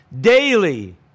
Daily